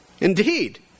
Indeed